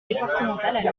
départementale